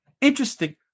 Interesting